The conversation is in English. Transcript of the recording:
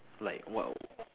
like what w~